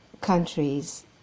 countries